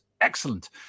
Excellent